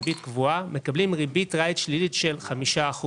מקבלים ריבית רייט שלילית של כ-5%.